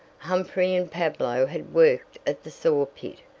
humphrey and pablo had worked at the saw-pit,